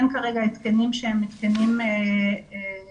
אין כרגע התקנים שהם התקנים מאושרים.